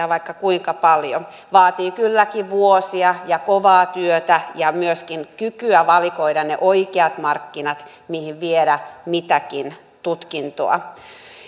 vaikka kuinka paljon vaatii kylläkin vuosia ja kovaa työtä ja myöskin kykyä valikoida ne oikeat markkinat mihin viedä mitäkin tutkintoa